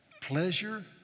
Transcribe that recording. pleasure